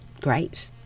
great